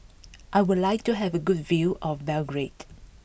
I would like to have a good view of Belgrade